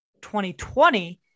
2020